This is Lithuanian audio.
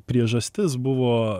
priežastis buvo